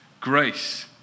grace